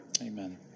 Amen